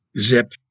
Zip